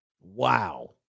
Wow